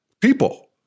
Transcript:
people